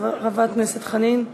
חברת הכנסת חנין זועבי,